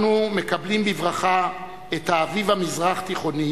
אנחנו מקבלים בברכה את ה"אביב" המזרח-תיכוני